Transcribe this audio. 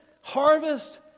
harvest